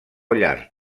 llard